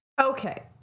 Okay